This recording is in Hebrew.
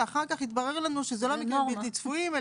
ואחר כך התברר לנו שזה לא מקרים בלתי צפויים,